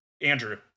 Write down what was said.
Andrew